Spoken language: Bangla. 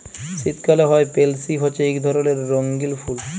শীতকালে হ্যয় পেলসি হছে ইক ধরলের রঙ্গিল ফুল